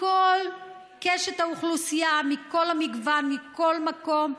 מכל קשת האוכלוסייה, מכל המגוון, מכל מקום,